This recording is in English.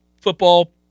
football